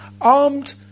armed